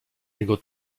jego